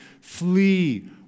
flee